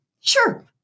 Sure